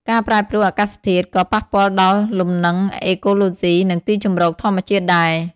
ការប្រែប្រួលអាកាសធាតុក៏ ប៉ះពាល់ដល់លំនឹងអេកូឡូស៊ី និងទីជម្រកធម្មជាតិដែរ។